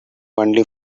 only